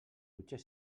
potser